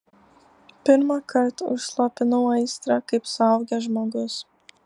pirmąkart užslopinau aistrą kaip suaugęs žmogus